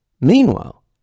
Meanwhile